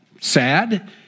sad